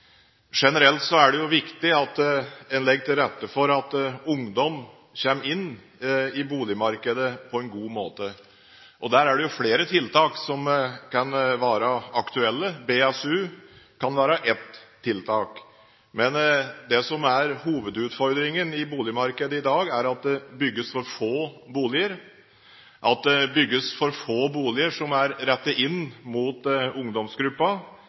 Generelt er det viktig at en legger til rette for at ungdom kommer inn i boligmarkedet på en god måte. Der er det flere tiltak som kan være aktuelle – BSU kan være ett tiltak. Men det som er hovedutfordringen i boligmarkedet i dag, er at det bygges for få boliger, at det bygges for få boliger som er rettet inn mot